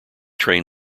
train